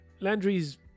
Landry's